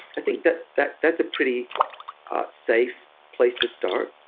i think that that that's a pretty safe place to start.